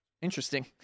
Interesting